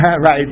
right